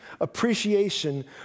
Appreciation